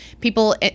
people